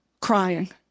crying